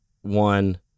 one